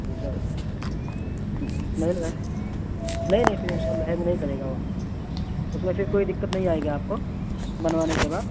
جی sir مطمئن رہیں نہیں نہیں پھر ان شاء اللہ ہینگ نہیں کرے گا وہ اس میں پھر کوئی دقت نہیں آئے گی آپ کو بنوانے کے بعد